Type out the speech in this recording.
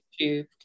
YouTube